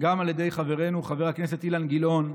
גם על ידי חברנו חבר הכנסת אילן גילאון.